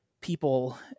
people